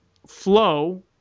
Flow